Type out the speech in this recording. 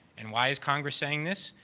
and why is congress saying this?